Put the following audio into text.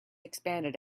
expanded